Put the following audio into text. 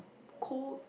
cold